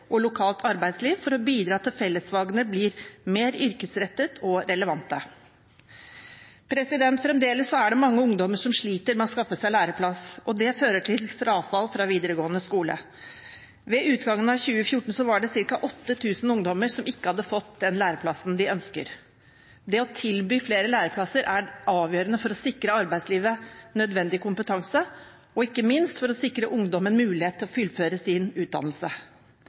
og lokalt arbeidsliv for å bidra til at fellesfagene blir mer yrkesrettet og relevante. Fremdeles er det mange ungdommer som sliter med å skaffe seg læreplass, og det fører til frafall fra videregående skole. Ved utgangen av 2014 var det ca. 8 000 ungdommer som ikke hadde fått den læreplassen de ønsker. Det å tilby flere læreplasser er avgjørende for å sikre arbeidslivet nødvendig kompetanse og ikke minst for å sikre ungdommen mulighet til å fullføre sin utdannelse.